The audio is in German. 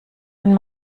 wenn